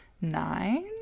nine